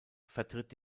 vertritt